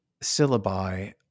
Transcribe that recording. syllabi